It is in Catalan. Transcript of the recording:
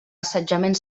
assetjament